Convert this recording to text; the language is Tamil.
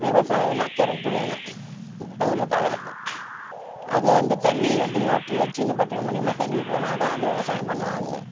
விவசாயம்னால் கரண்ட்டு வேணும் இப்போ உள்ள காலகட்டம் அது அந்த தண்ணியை வந்து மோட்ரு வச்சு இந்த பட்டன் மூலயமா தண்ணி போனால்தான் அந்த விவசாயம் பண்ணுவாங்க